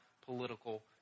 political